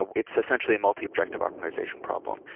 ah it's essentially a multi-objective organization problem.